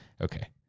Okay